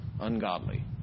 ungodly